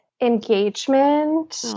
engagement